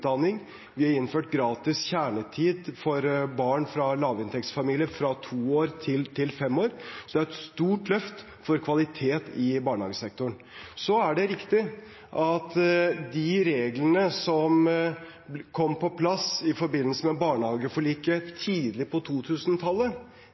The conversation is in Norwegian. vi har innført gratis kjernetid for barn fra lavinntektsfamilier, fra to år til fem år. Så det er et stort løft for kvalitet i barnehagesektoren. Så er det riktig at de reglene som kom på plass i forbindelse med barnehageforliket